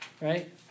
right